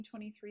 2023